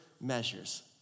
measures